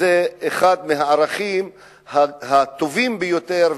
זה אחד הערכים הטובים ביותר.